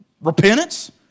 Repentance